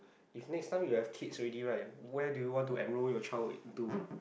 if next time you have kid ready right where do you want to enroll your child with to